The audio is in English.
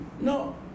No